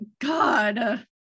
God